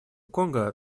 конго